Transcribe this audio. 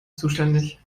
zuständig